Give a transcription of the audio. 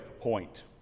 point